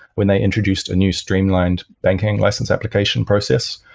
when they introduced a new streamlined banking license application process,